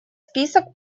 список